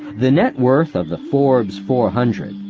the net worth of the forbes four hundred,